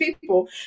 people